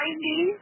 90